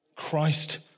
Christ